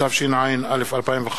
התשע"א 2011,